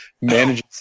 manages